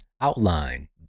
outline